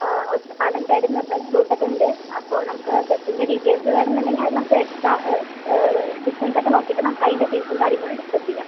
ഒറ്റപ്പാലം സൈഡിന്ന് എന്തായാലും റൂട്ട് ഒക്കെ ഉണ്ട് അപ്പം നമ്മക്ക് ബസ്സിൻ്റ ഡീറ്റെയിൽസ് വേണന്ന് ഇണ്ടെങ്കീ അത് നമ്മക്ക് എക്സ്ട്രാ ഡിസ്റ്റൻസ് ഒക്ക നോക്കീട്ട് നമ്മക്ക് അയിൻ്റ ഫീസും കാര്യങ്ങളും ഡിസ്കസ് ചെയ്യാ